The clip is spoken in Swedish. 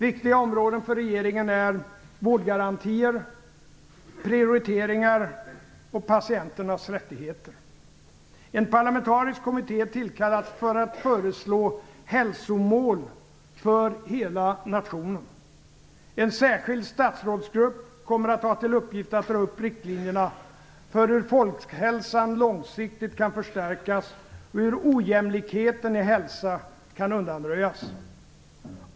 Viktiga områden för regeringen är vårdgarantier, prioriteringar och patienternas rättigheter. En parlamentarisk kommitté tillkallas för att föreslå hälsomål för hela nationen. En särskild statsrådsgrupp kommer att ha till uppgift att dra upp riktlinjerna för hur folkhälsan långsiktigt kan förstärkas och hur ojämlikheten i hälsa kan undanröjas.